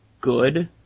good